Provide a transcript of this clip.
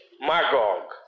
Magog